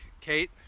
Kate